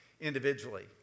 individually